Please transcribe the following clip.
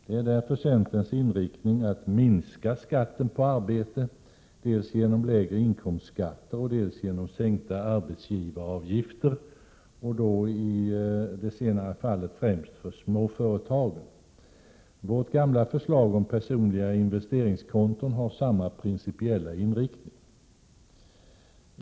Därför är centerns inriktning att minska skatten på arbete dels genom lägre inkomstskatter, dels genom sänkta arbetsgivaravgifter — främst för småföretagen. Vårt gamla förslag om personliga investeringskonton har samma principiella inriktning.